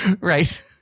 Right